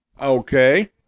Okay